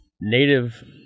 native